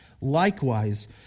Likewise